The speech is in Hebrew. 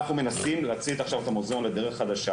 אנחנו מנסים להציג עכשיו את המוזיאון בדרך חדשה